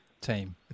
team